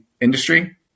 industry